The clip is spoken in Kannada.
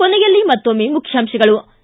ಕೊನೆಯಲ್ಲಿ ಮತ್ತೊಮ್ಮೆ ಮುಖ್ಯಾಂಶಗಳು